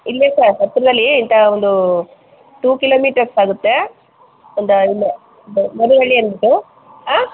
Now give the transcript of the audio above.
ಇಲ್ಲೆ ಸರ್ ಹತ್ರದಲ್ಲಿ ಇಂಥ ಒಂದು ಟು ಕಿಲೋ ಮೀಟರ್ಸ್ ಆಗುತ್ತೆ ಒಂದ ಇಲ್ಲೇ ಬದೇಹಳ್ಳಿ ಅಂದ್ಬಿಟ್ಟು ಆ